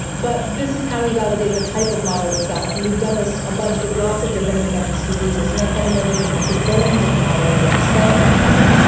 but this is how we validate the type of model itself. and we've done this a bunch with lots of different infectious diseases. and that's how we know that the the bones of the model are good. the skeleton is good.